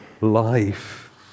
life